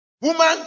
Woman